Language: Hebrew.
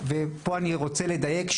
פה אני רוצה לדייק,